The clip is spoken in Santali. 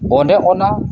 ᱚᱱᱮ ᱚᱱᱟ